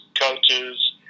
coaches